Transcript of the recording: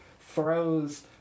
throws